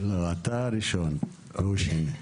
לא, אתה הראשון והוא השני.